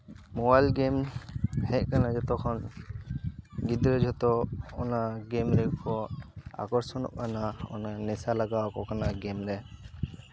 mobile game ᱦᱮᱡ ᱟᱠᱟᱱᱟ ᱡᱚᱛᱚᱠᱷᱚᱱ ᱜᱤᱫᱽᱨᱟᱹ ᱡᱷᱚᱛᱚ ᱚᱱᱟ ᱜᱮᱢ ᱨᱮᱠᱚ ᱟᱠᱚᱨᱥᱚᱱᱚᱜ ᱠᱟᱱᱟ ᱚᱱᱟ ᱱᱮᱥᱟ ᱞᱟᱜᱟᱣ ᱟᱠᱚ ᱠᱟᱱᱟ ᱜᱮᱢᱨᱮ